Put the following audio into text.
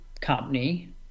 company